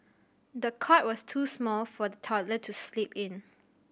the cot was too small for the toddler to sleep in